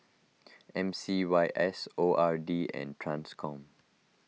M C Y S O R D and Transcom